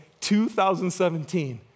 2017